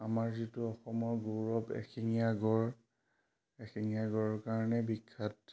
আমাৰ যিটো অসমৰ গৌৰৱ এশিঙীয়া গড় এশিঙীয়া গড়ৰ কাৰণে বিখ্যাত